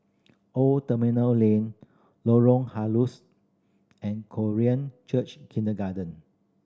Old Terminal Lane Lorong Halus and Korean Church Kindergarten